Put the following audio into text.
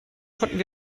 konnten